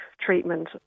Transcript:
treatment